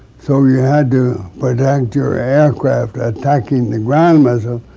so you had to protect your aircraft attacking the ground missiles